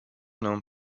known